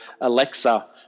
Alexa